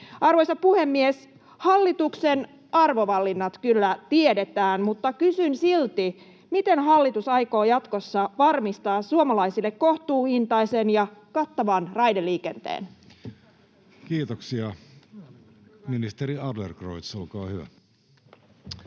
Arvoisa puhemies! Hallituksen arvovalinnat kyllä tiedetään, mutta kysyn silti: miten hallitus aikoo jatkossa varmistaa suomalaisille kohtuuhintaisen ja kattavan raideliikenteen? Kiitoksia. — Ministeri Adlercreutz, olkaa hyvä. Arvoisa